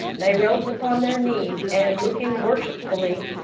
they rose upon their knees, and, looking worshipfully,